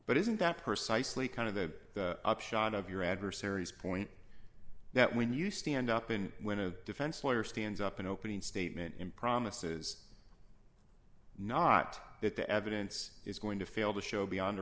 but isn't that precisely kind of the upshot of your adversary's point that when you stand up and when a defense lawyer stands up an opening statement and promises not that the evidence is going to fail to show beyond a